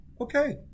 Okay